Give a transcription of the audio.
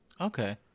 Okay